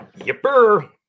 Yipper